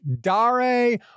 Dare